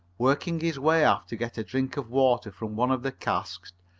working his way aft to get a drink of water from one of the casks,